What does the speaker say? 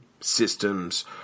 systems